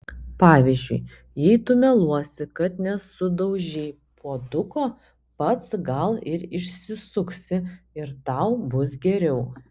pavyzdžiui jei tu meluosi kad nesudaužei puoduko pats gal ir išsisuksi ir tau bus geriau